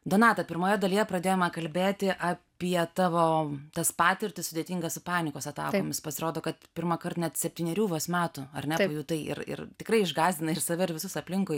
donata pirmoje dalyje pradėjome kalbėti apie tavo tas patirtis sudėtingas su panikos atakomis pasirodo kad pirmąkart net septynerių vos metų ar ne tai ir ir tikrai išgąsdinai ir save ir visus aplinkui